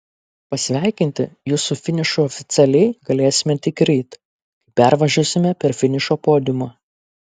pasveikinti jus su finišu oficialiai galėsime tik ryt kai pervažiuosime per finišo podiumą